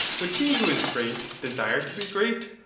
would he who is great, desire to be great,